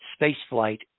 spaceflight